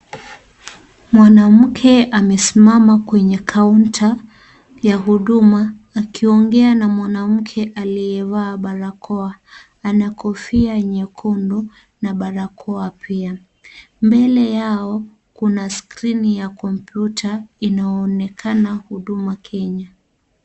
Mwanamke amesimama kwenye kaunta ya huduma akiongea na mwanamke aliyevaa barakoa. Ana kofia nyekundu na barakoa pia. Mbele yao Kuna skrini ya komputa inaonekana Huduma Kenya.